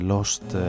Lost